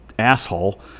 asshole